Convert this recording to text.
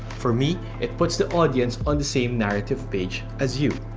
for me, it puts the audience on the same narrative page as you.